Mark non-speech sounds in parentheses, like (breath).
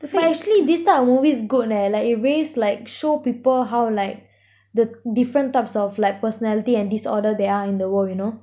so actually this type of movies good leh like it raise like show people how like (breath) the different types of like personality and disorder there are in the world you know